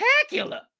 spectacular